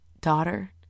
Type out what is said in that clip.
daughter